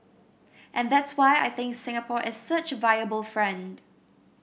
and that's why I think Singapore is such a viable friend